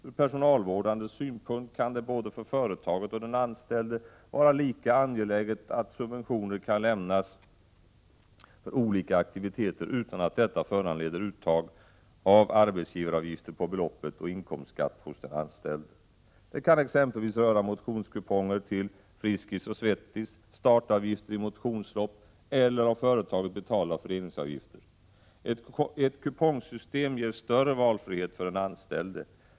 Ur personalvårdande synpunkt kan det både för företaget och för den anställde vara lika angeläget att subventioner kan lämnas för olika aktiviteter utan att detta föranleder uttag av arbetsgivaravgifter på beloppet och inkomstskatt hos den anställde. Det kan exempelvis röra motionskuponger till Friskis & Svettis, startavgifter i motionslopp eller av företaget betalda föreningsavgifter. Ett kupongsystem ger större valfrihet för den anställde.